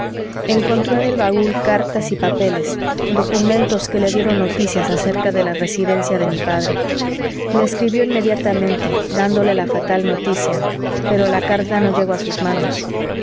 encontró en el baúl cartas y papeles documentos que le dieron noticias acerca de la residencia de mi padre le escribió inmediatamente dándole la fatal noticia pero la carta no llegó a sus manos